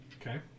Okay